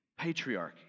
patriarchy